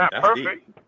perfect